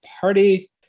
party